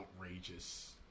outrageous